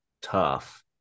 tough